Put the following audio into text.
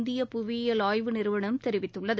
இந்திய புவியியல் ஆய்வு நிறுவனம் தெரிவித்துள்ளது